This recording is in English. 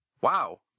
Wow